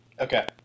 Okay